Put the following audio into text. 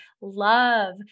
love